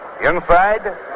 Inside